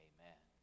Amen